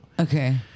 Okay